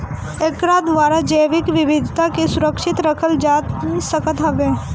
एकरा द्वारा जैविक विविधता के सुरक्षित रखल जा सकत हवे